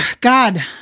God